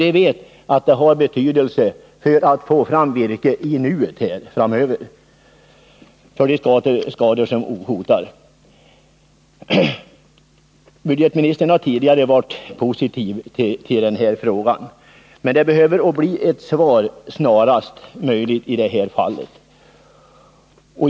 Man vet att det har betydelse när det gäller att få fram virke framöver och för de skador som hotar. Budgetministern har tidigare varit positiv till den här frågan, men nu är det nödvändigt med ett beslut snarast möjligt.